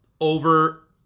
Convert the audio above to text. over